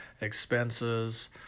expenses